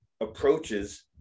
approaches